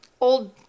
Old